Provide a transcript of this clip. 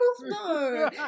no